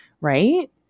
Right